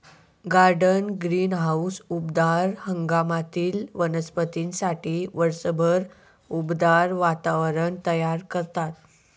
garden greenhouse उबदार हंगामातील वनस्पतींसाठी वर्षभर उबदार वातावरण तयार करतात